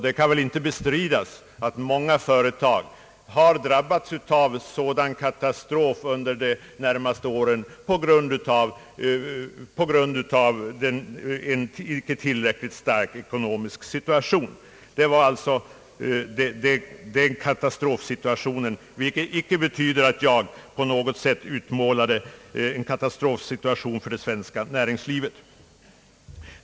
Det kan heller inte bestridas att många företag har drabbats av sådana katastrofer under de senaste åren på grund av att de icke haft tillräckligt stark ekono mi. Det var alltså den katastrofsituationen jag avsåg, vilket inte betyder att jag på något sätt utmålade en katastrofsituation för det svenska näringslivet.